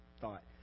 thought